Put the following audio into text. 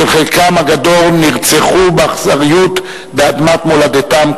שחלקם הגדול נרצחו באכזריות באדמת מולדתם,